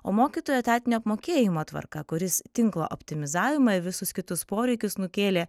o mokytojų etatinio apmokėjimo tvarka kuris tinklo optimizavimą visus kitus poreikius nukėlė